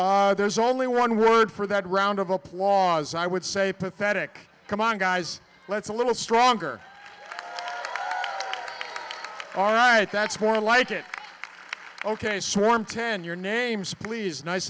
c'mon there's only one word for that round of applause i would say pathetic come on guys let's a little stronger all right that's more like it ok swarm ten your names please nice